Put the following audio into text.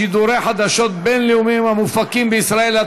שידורי חדשות בין-לאומיים המופקים בישראל),